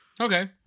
Okay